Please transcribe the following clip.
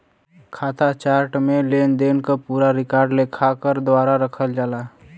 खाता चार्ट में लेनदेन क पूरा रिकॉर्ड लेखाकार द्वारा रखल जाला